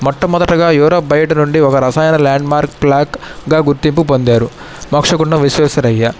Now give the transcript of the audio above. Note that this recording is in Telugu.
మొట్టమొదటగా యూరోప్ బయట నుండి ఒక రసాయన ల్యాండ్మార్క్ ప్ల్యాక్గా గుర్తింపు పొందారు మోక్షగుండం విశ్వేశ్వరయ్య